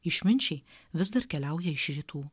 išminčiai vis dar keliauja iš rytų